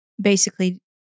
basically-